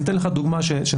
אני אתן לך דוגמא שנבין.